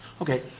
Okay